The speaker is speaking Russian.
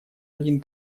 один